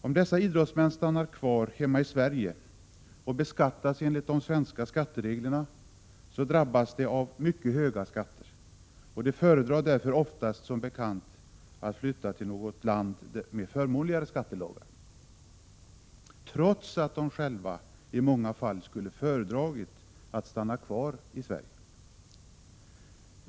Om dessa idrottsmän stannar kvar hemma i Sverige och beskattas enligt de svenska skattereglerna, drabbas de av mycket höga skatter, och de föredrar därför ofta som bekant att flytta till något land med förmånligare skattelagar, trots att de själva i många fall skulle ha föredragit att stanna kvar i Sverige.